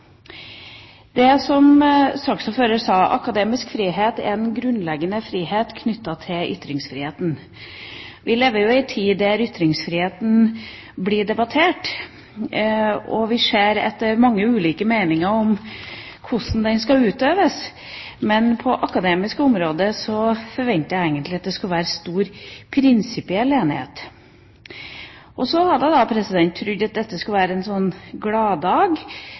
Som saksordføreren sa: Akademisk frihet er en grunnleggende frihet knyttet til ytringsfriheten. Vi lever jo i en tid der ytringsfriheten blir debattert, og vi ser at det er mange ulike meninger om hvordan den skal utøves, men på det akademiske området forventet jeg egentlig at det skulle være stor prinsipiell enighet. Så hadde jeg trodd at dette skulle være en